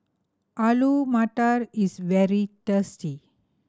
Alu Matar is very tasty